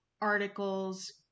articles